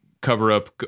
cover-up